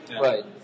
Right